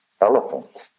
elephant